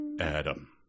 Adam